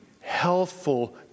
healthful